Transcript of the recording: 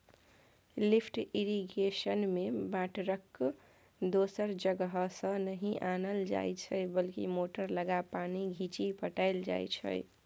lift इरिगेशनमे बाटरकेँ दोसर जगहसँ नहि आनल जाइ छै बल्कि मोटर लगा पानि घीचि पटाएल जाइ छै